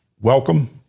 welcome